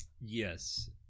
Yes